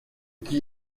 qui